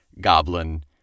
goblin